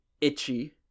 Itchy